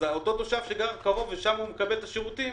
אז אותו תושב שגר קרוב ושם הוא מקבל את השירותים,